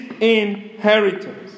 inheritance